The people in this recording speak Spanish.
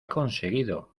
conseguido